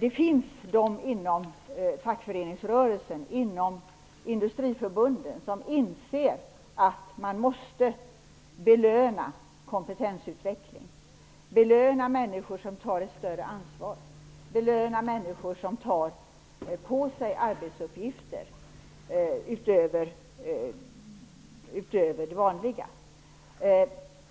Det finns inom fackföreningsrörelsen och inom Industriförbundet personer som inser att man måste belöna kompetensutveckling och belöna människor som tar ett större ansvar och tar på sig arbetsuppgifter utöver de vanliga.